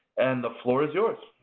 and the floor is yours.